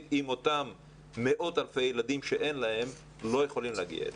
אם אותם מאות אלפי ילדים שאין להם לא יכולים להגיע אליה.